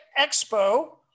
Expo